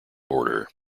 border